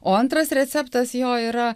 o antras receptas jo yra